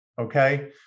Okay